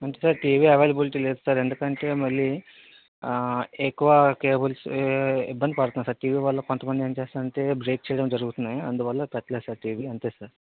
TV availability లో లేదు sir ఎందుకంటే మళ్ళీ ఎక్కువ కేబుల్స్ ఇబ్బంది పడుతున్నారు సార్ టీవీ వల్ల కొంత మంది ఏమి చేస్తున్నారు అంటే బ్రేక్ చేయడం జరుగుతుంది అందువల్ల పెట్టలేదు సార్ టీవీ అంతే సార్